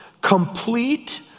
complete